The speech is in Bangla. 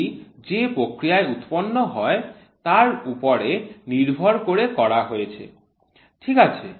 এটি যে প্রক্রিয়ায় উৎপন্ন হয় তার উপরে নির্ভর করে করা হয়েছে ঠিক আছে